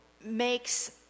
makes